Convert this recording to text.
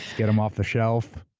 get them off the shelf.